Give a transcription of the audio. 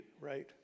right